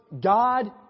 God